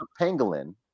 Pangolin